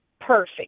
perfect